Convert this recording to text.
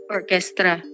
Orchestra